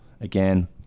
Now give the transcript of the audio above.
again